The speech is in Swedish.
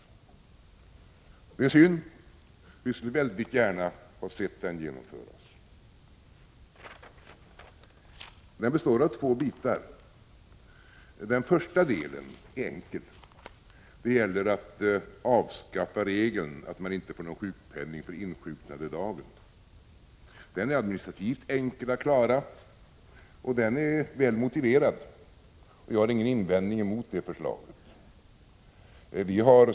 Det är synd, för vi skulle väldigt gärna ha sett en reform genomföras. Propositionen består av två bitar. Den första delen är enkel. Det gäller att avskaffa regeln att man inte får någon sjukpenning för insjuknandedagen. Den saken är administrativt enkel att klara, och den är väl motiverad. Vi har ingen invändning mot det förslaget.